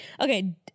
Okay